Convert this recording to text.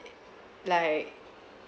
uh like